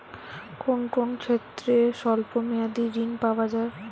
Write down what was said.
কোন কোন ক্ষেত্রে স্বল্প মেয়াদি ঋণ পাওয়া যায়?